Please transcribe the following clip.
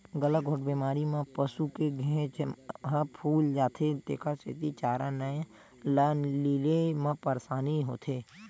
गलाघोंट बेमारी म पसू के घेंच ह फूल जाथे तेखर सेती चारा ल लीले म परसानी होथे